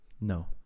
No